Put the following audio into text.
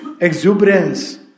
exuberance